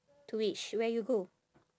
to which where you go